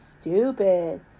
stupid